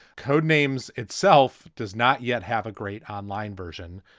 codenames itself does not yet have a great online version,